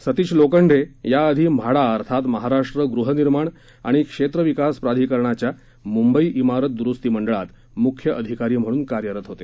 सतीश लोखंडे या आधी म्हाडा अर्थात महाराष्ट्र गृहनिर्माण आणि क्षेत्रविकास प्राधिकरणाच्या मुंबई इमारत दुरुस्ती मंडळात मुख्य अधिकारी म्हणून कार्यरत होते